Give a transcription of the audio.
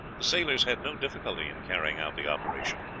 the sailors had no difficulty in carrying out the operation,